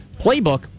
playbook